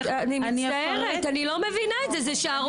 אני מצטערת, אני לא מבינה את זה, זו שערורייה.